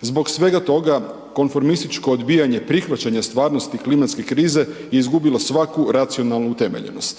Zbog svega toga, konformističko odbijanje prihvaćanja stvarnosti klimatske krize je izgubilo svaku racionalnu utemeljenost.